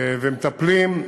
ומטפלים.